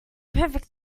perfect